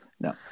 No